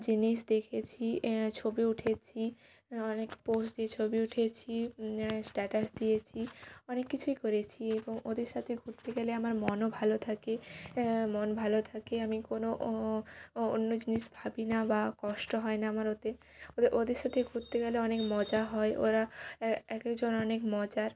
জিনিস দেখেছি ছবি উঠেছি অনেক পোস দিয়ে ছবি উঠিয়েছি স্ট্যাটাস দিয়েছি অনেক কিছুই করেছি এবং ওদের সাথে ঘুরতে গেলে আমার মনও ভালো থাকে মন ভালো থাকে আমি কোনো অন্য জিনিস ভাবি না বা কষ্ট হয় না আমার ওতে ওদের সাথে ঘুরতে গেলে অনেক মজা হয় ওরা একজন অনেক মজার